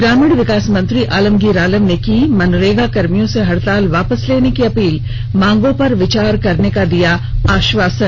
ग्रामीण विकास मंत्री आलमगीर आलम का मनरेगा कर्मियों से हड़ताल वापस लेने की अपील मांगों पर विचार करने का दिया आश्वासन